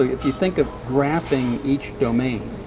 if you think of graphing each domain